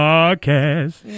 Podcast